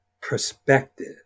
perspective